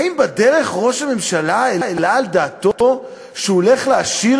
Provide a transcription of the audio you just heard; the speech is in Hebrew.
האם בדרך ראש הממשלה העלה על דעתו שהוא הולך להשאיר